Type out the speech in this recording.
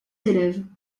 élèves